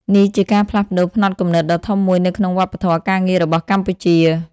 នេះជាការផ្លាស់ប្តូរផ្នត់គំនិតដ៏ធំមួយនៅក្នុងវប្បធម៌ការងាររបស់កម្ពុជា។